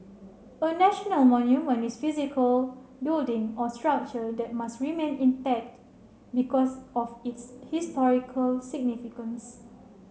a national monument is physical building or structure that must remain intact because of its historical significance